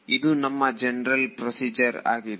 ಇದು ನಮ್ಮ general procedure ಆಗಿದೆ